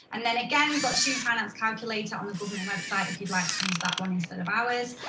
and then again got student finance calculator on the government website if you'd like to use that one instead of ours,